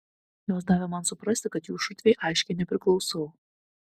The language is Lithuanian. jos davė man suprasti kad jų šutvei aiškiai nepriklausau